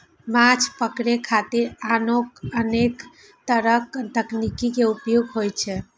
माछ पकड़े खातिर आनो अनेक तरक तकनीक के उपयोग होइ छै